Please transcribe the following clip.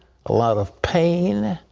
a lot of pain.